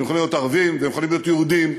יכולים להיות ערבים ויכולים להיות יהודים.